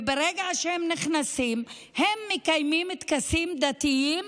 וברגע שהיא נכנסת היא מקיימת טקסים דתיים,